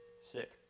Sick